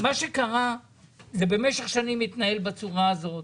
מה שקרה הוא שבמשך שנים מתנהל בצורה הזאת.